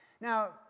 Now